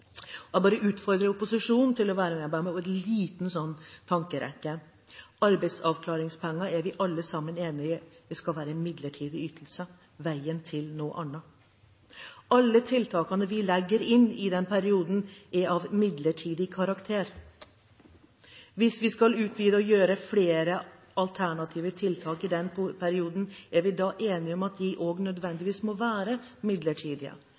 Jeg bare utfordrer opposisjonen til å være med på en liten tankerekke: Arbeidsavklaringspenger er vi alle sammen enige om skal være en midlertidig ytelse – veien til noe annet. Alle tiltak vi legger inn i den perioden, er av midlertidig karakter. Hvis vi skal utvide dette med flere alternative tiltak i den perioden, er vi da enige om at de også nødvendigvis må være midlertidige,